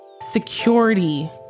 security